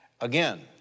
Again